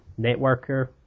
networker